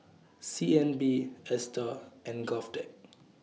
C N B ASTAR and Govtech